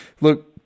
look